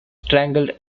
strangled